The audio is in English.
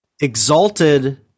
exalted